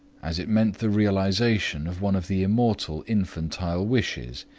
as it meant the realization of one of the immortal infantile wishes,